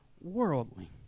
worldly